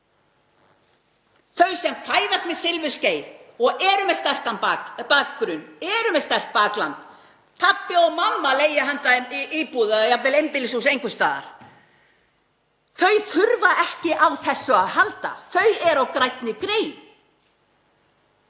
Þau sem fæðast með silfurskeið og eru með sterkan bakgrunn, eru með sterkt bakland, pabbi og mamma leigja handa þeim íbúð eða jafnvel einbýlishús einhvers staðar, þurfa ekki á þessu að halda, þau eru á grænni grein.